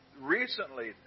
recently